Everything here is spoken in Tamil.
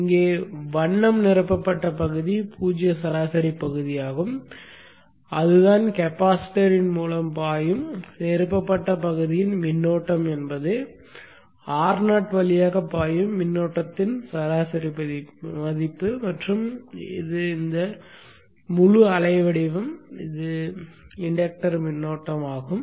இங்கே வண்ண நிரப்பப்பட்ட பகுதி 0 சராசரி பகுதியாகும் அதுதான் கெபாசிட்டர் ன் மூலம் பாயும் நிரப்பப்பட்ட பகுதியின் மின்னோட்டம் என்பது Ro வழியாக பாயும் மின்னோட்டத்தின் சராசரி மதிப்பு மற்றும் இந்த முழு அலை வடிவம் இன்டக்டர் மின்னோட்டமாகும்